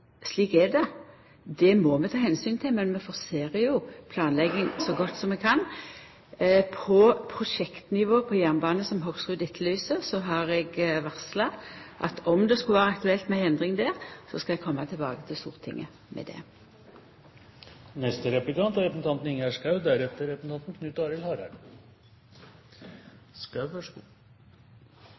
Slik er det, det må vi ta omsyn til. Men vi forserer planlegginga så godt vi kan. Når det gjeld prosjektnivået på jernbane, som Hoksrud etterlyser, har eg varsla at om det skulle vera aktuelt med ei endring, skal eg koma tilbake til Stortinget med dette. Statsråden hadde klarsyn her en vinternatt, da hun sa at hun var åpen for nye finansieringsformer. Så